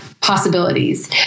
possibilities